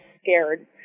scared